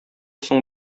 соң